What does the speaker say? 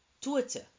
Twitter